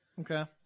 okay